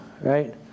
right